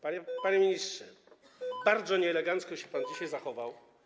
Panie ministrze, bardzo nieelegancko się pan dzisiaj zachował.